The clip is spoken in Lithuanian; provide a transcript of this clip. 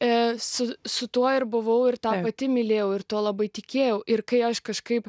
e su su tuo ir buvau ir tą pati mylėjau ir tuo labai tikėjau ir kai aš kažkaip